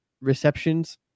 receptions